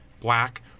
black